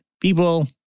people